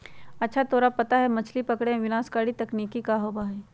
अच्छा तोरा पता है मछ्ली पकड़े में विनाशकारी तकनीक का होबा हई?